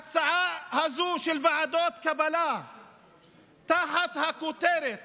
ההצעה הזו של ועדות קבלה תחת הכותרת